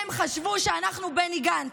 הם חשבו שאנחנו בני גנץ.